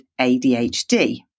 ADHD